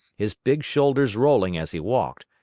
his big shoulders rolling as he walked,